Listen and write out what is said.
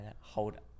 Hold